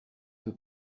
peu